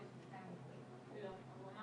צהריים טובים